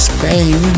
Spain